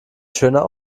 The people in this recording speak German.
schöner